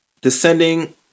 descending